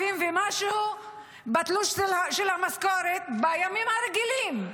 ומשהו בתלוש של המשכורת בימים הרגילים.